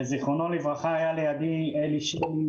היה לידי אלי שלי,